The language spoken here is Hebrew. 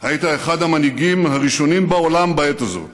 היית אחד המנהיגים הראשונים בעולם בעת הזאת